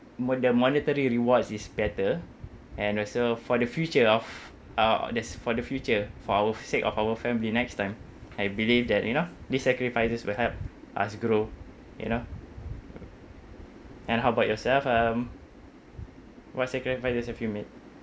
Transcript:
mo~ the monetary rewards is better and also for the future of uh that's for the future for our sake of our family next time I believe that you know these sacrifices will help us grow you know and how about yourself um what sacrifices have you made